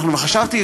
חשבתי,